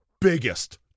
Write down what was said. biggest